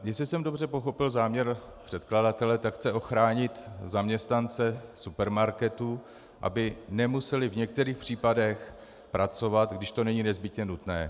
Jestli jsem dobře pochopil záměr předkladatele, tak chce ochránit zaměstnance supermarketů, aby nemuseli v některých případech pracovat, když to není nezbytně nutné.